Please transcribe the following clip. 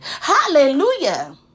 Hallelujah